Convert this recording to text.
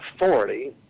authority